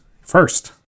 first